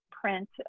print